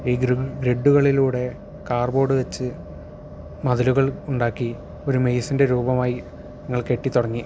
ഈ ഗ്രി ഗ്രിഡുകളിലൂടെ കാർഡ്ബോർഡ് വെച്ച് മതിലുകൾ ഉണ്ടാക്കി ഒരു മെയ്സിൻ്റെ രൂപമായി ഞങ്ങൾ കെട്ടി തുടങ്ങി